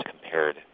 compared